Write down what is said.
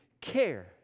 care